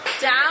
down